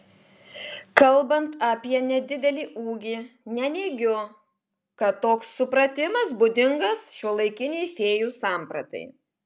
kalbant apie nedidelį ūgį neneigiu kad toks supratimas būdingas šiuolaikinei fėjų sampratai